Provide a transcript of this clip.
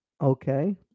Okay